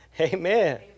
Amen